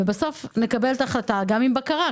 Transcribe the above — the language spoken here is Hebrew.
ובסוף נקבל החלטה עם בקרה,